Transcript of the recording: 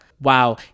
Wow